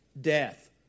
death